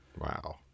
Wow